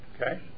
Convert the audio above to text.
Okay